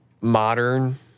modern